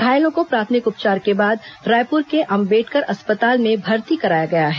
घायलों को प्राथमिक उपचार के बाद रायपुर के अंबेडकर अस्पताल में भर्ती कराया गया है